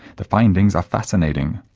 the findings are fascinating.